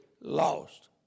lost